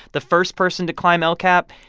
the first person to climb el cap,